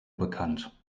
bekannt